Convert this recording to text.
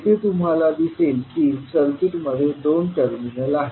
येथे तुम्हाला दिसेल की सर्किट मध्ये दोन टर्मिनल आहेत